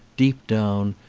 deep down,